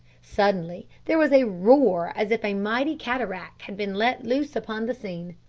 suddenly there was a roar as if a mighty cataract had been let loose upon the scene.